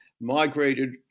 migrated